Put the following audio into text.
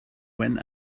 when